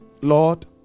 Lord